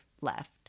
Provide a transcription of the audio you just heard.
left